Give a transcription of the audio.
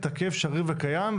והוא התייחס מעבר לקשיים הקיימים גם